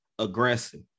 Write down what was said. aggressive